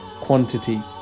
quantity